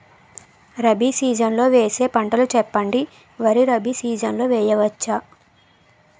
Rabi season లో వేసే పంటలు చెప్పండి? వరి రబీ సీజన్ లో వేయ వచ్చా?